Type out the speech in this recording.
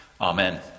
Amen